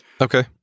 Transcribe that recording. Okay